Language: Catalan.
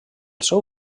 seu